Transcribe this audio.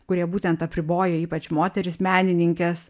kurie būtent apriboja ypač moteris menininkes